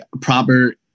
proper